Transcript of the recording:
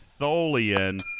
Tholian